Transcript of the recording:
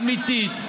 אמיתית,